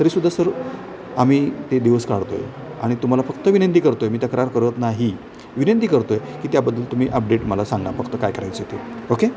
तरीसुद्धा सर आम्ही ते दिवस काढतोय आणि तुम्हाला फक्त विनंती करतोय मी तक्रार करत नाही विनंती करतोय की त्याबद्दल तुम्ही अपडेट मला सांगा फक्त काय करायचं ते ओके